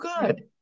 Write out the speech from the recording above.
good